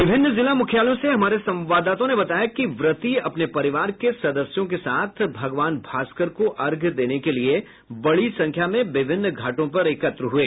विभिन्न जिला मुख्यालयों से हमारे संवाददाताओं ने बताया कि व्रती अपने परिवार के सदस्यों के साथ भगवान भास्कर को अर्घ्य देने के लिए बड़ी संख्या में विभिन्न घाटों पर एकत्र हुये